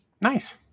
Nice